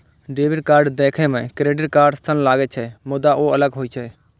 debit card देखै मे credit card सन लागै छै, मुदा ओ अलग होइ छै